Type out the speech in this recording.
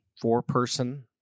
Four-person